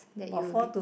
that you will be